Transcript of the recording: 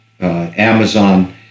Amazon